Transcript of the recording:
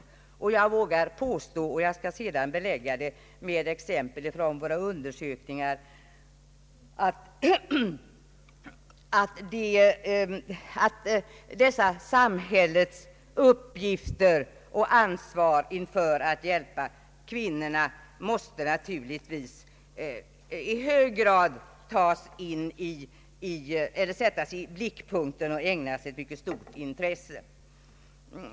Jag vill understryka — jag skall sedan belägga det med exempel från några undersökningar — att samhällets ansvar när det gäller att hjälpa kvinnorna naturligtvis i hög grad måste sättas i blickpunkten och ägnas ett mycket stort intresse.